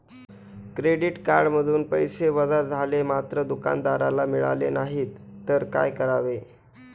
Credit कार्डमधून पैसे वजा झाले मात्र दुकानदाराला मिळाले नाहीत तर काय करावे?